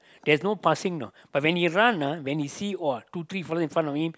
there's no passing know but when he run ah when he see !wah! two three fella in front of him